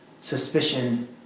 suspicion